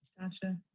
gotcha